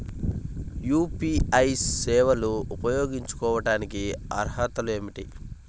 UPI సేవలు ఉపయోగించుకోటానికి అర్హతలు ఏమిటీ?